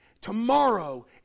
tomorrow